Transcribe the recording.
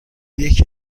یکی